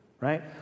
right